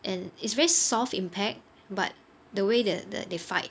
and it's very soft impact but the way that that they fight